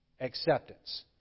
Acceptance